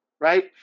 right